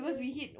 ya